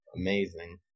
amazing